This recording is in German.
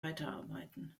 weiterarbeiten